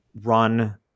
run